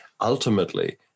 ultimately